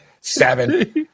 Seven